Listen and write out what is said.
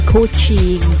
Coaching